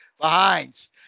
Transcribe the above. behinds